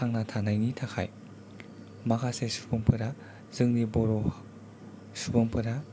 थांना थानायनि थाखाय माखासे सुबुंफोरा जोंनि बर' सुबुंफोरा